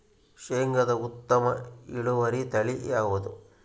ಶೇಂಗಾದ ಉತ್ತಮ ಇಳುವರಿ ತಳಿ ಯಾವುದು?